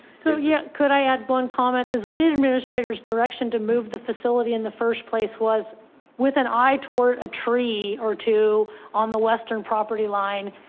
so, yeah. could i add one comment? there's only an administrator's direction to move the facility in the first place was with an eye toward a tree or two on the western property line.